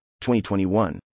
2021